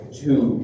two